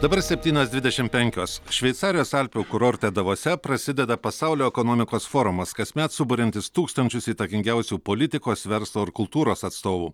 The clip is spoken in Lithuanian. dabar septynios dvidešim penkios šveicarijos alpių kurorte davose prasideda pasaulio ekonomikos forumas kasmet suburiantis tūkstančius įtakingiausių politikos verslo ir kultūros atstovų